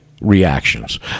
reactions